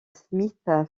smith